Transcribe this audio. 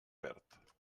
perd